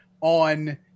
on